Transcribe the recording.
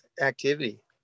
activity